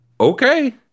okay